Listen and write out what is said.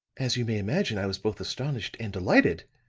as you may imagine, i was both astonished and delighted.